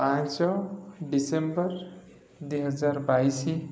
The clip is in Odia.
ପାଞ୍ଚ ଡିସେମ୍ବର ଦୁଇହଜାର ବାଇଶି